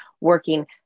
working